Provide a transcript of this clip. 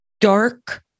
dark